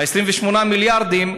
28 המיליארדים,